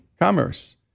commerce